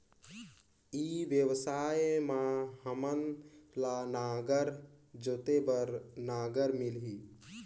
ई व्यवसाय मां हामन ला नागर जोते बार नागर मिलही?